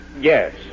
Yes